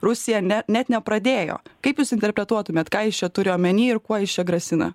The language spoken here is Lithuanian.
rusija ne net nepradėjo kaip jūs interpretuotumėt ką jis čia turi omeny ir kuo jis čia grasina